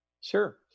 Sure